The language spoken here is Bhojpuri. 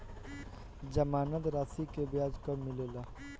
जमानद राशी के ब्याज कब मिले ला?